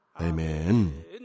Amen